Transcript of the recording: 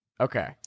Okay